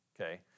okay